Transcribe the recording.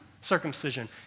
circumcision